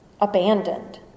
abandoned